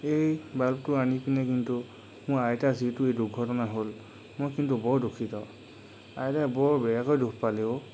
এই বাল্বটো আনি পিনে কিন্তু মোৰ আইতা যিটো এই দুৰ্ঘটনা হ'ল মই কিন্তু বৰ দূষিত আইতাই বৰ বেয়াকৈ দুখ পালে ও